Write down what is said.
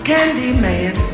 Candyman